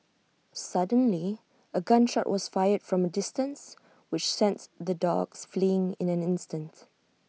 suddenly A gun shot was fired from A distance which sends the dogs fleeing in an instant